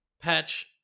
Patch